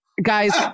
Guys